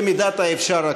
הכול במידת האפשר.